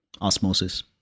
osmosis